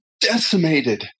decimated